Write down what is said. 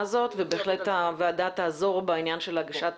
הזאת ובהחלט הוועדה תעזור בעניין של הגשת